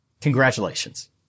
Congratulations